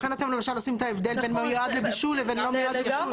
לכן אתם למשל עושים את ההבדל בין מיועד לבישול לבין לא מיועד לבישול.